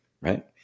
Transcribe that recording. Right